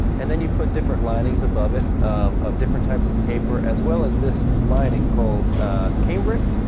and then you put different linings above it of different types of paper as well as this lining called cambric,